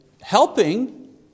helping